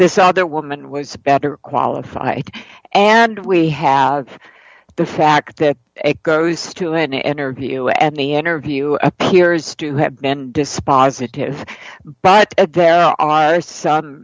this other woman was better qualified and we have the fact that it goes to an interview and the interview appears to have been dispositive but there are some